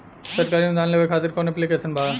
सरकारी अनुदान लेबे खातिर कवन ऐप्लिकेशन बा?